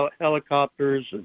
helicopters